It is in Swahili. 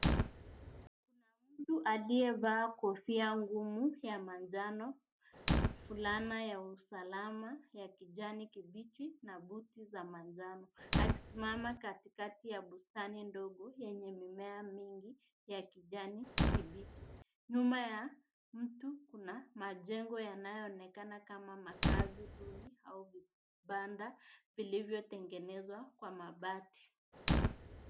Kuna mtu aliyevaa kofia ngumu ya manjano, fulana ya usalama ya kijani kibichi na buti za manjano akisimama katikati ya bustani ndogo yenye mimea mingi ya kijani kibichi. Nyuma ya mtu kuna majengo yanayoonekana kama makazi duni au vibanda vilivyotengenezwa kwa mabati.